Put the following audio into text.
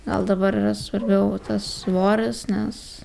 gal dabar yra svarbiau tas svoris nes